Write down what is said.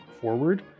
forward